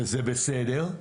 וזה בסדר,